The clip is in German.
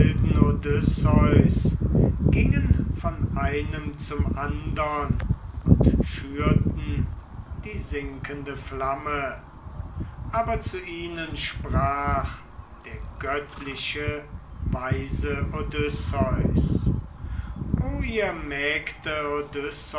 gingen vom einen zum andern und schürten die sinkende flamme aber zu ihnen sprach der göttliche weise odysseus o ihr